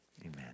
amen